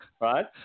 right